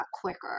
quicker